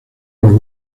los